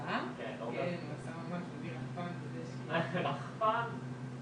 אני לא אומרת את זה כאיום, אני